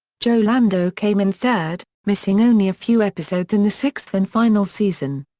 joe lando came in third, missing only a few episodes in the sixth and final season.